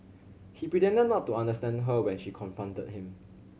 he pretended not to understand her when she confronted him